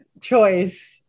choice